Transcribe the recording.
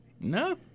No